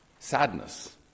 Sadness